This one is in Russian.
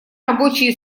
рабочие